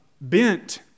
bent